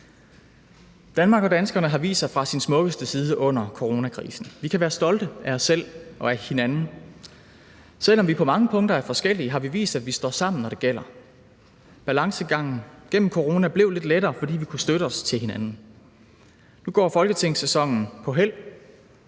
Danmark og danskerne har vist sig fra deres smukkeste side under coronakrisen. Vi kan være stolte af os selv og af hinanden. Selv om vi på mange punkter er forskellige, har vi vist, at vi står sammen, når det gælder. Balancegangen gennem corona blev lidt lettere, fordi vi kunne støtte os til hinanden. Nu går folketingssæsonen på hæld.